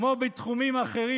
כמו בתחומים אחרים,